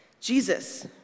Jesus